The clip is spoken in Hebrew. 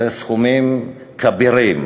אלה סכומים כבירים.